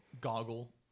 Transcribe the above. goggle